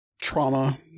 trauma